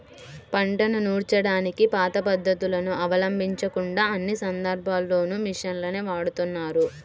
పంటను నూర్చడానికి పాత పద్ధతులను అవలంబించకుండా అన్ని సందర్భాల్లోనూ మిషన్లనే వాడుతున్నారు